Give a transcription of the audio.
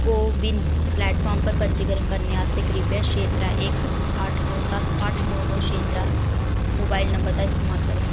को win platform पर पंजीकरण करने आस्तै कृपा करियै छे त्रै इक अट्ठ नौ सत्त अट्ठ नौ नौ छे त्रै मोबाइल नंबर दा इस्तेमाल करो